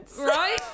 Right